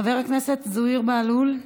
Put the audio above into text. חבר הכנסת זוהיר בהלול,